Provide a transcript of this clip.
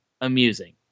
amusing